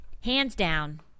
hands-down